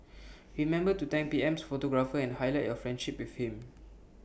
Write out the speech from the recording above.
remember to thank P M's photographer and highlight your friendship with him